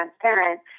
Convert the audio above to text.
transparent